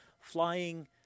flying